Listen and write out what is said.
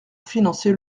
financer